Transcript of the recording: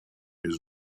his